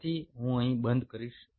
તેથી હું અહીં બંધ કરીશ